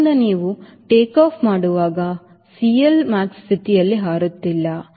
ಆದ್ದರಿಂದ ನೀವು ಟೇಕಾಫ್ ಮಾಡುವಾಗ ನೀವು CLmax ಸ್ಥಿತಿಯಲ್ಲಿ ಹಾರುತ್ತಿಲ್ಲ